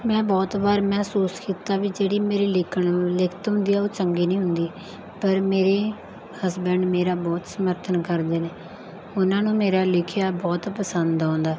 ਮੈਂ ਬਹੁਤ ਵਾਰ ਮਹਿਸੂਸ ਕੀਤਾ ਵੀ ਜਿਹੜੀ ਮੇਰੀ ਲੇਖਣ ਲਿਖਤ ਹੁੰਦੀ ਹੈ ਉਹ ਚੰਗੀ ਨਹੀਂ ਹੁੰਦੀ ਪਰ ਮੇਰੇ ਹਸਬੈਂਡ ਮੇਰਾ ਬਹੁਤ ਸਮਰਥਨ ਕਰਦੇ ਨੇ ਉਨ੍ਹਾਂ ਨੂੰ ਮੇਰਾ ਲਿਖਿਆ ਬਹੁਤ ਪਸੰਦ ਆਉਂਦਾ